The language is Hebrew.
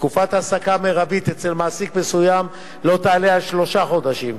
תקופת ההעסקה המרבית אצל מעסיק מסוים לא תעלה על שלושה חודשים,